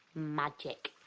magic.